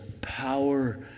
power